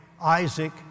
Isaac